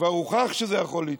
כבר הוכח שזה יכול להתחלף.